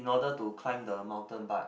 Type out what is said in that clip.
in order to climb the mountain but